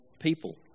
people